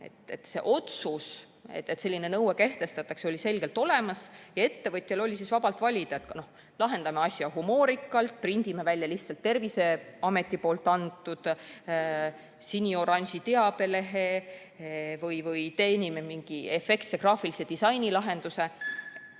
Otsus, et selline nõue kehtestatakse, oli selgelt olemas ja ettevõtja sai vabalt valida, kas lahendada asi humoorikalt, printida välja lihtsalt Terviseameti antud sini-oranž teabeleht või teha mingi efektne graafiline disainilahendus.